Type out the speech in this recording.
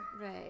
right